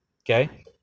Okay